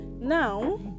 Now